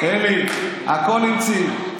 אלי, הכול המציא.